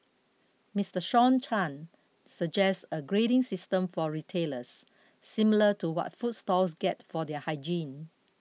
Mister Sean Chan suggests a grading system for retailers similar to what food stalls get for their hygiene